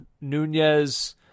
Nunez